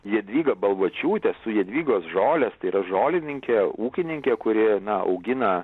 jadvygą balvočiūtę su jadvygos žolės tai yra žolininkė ūkininkė kuri augina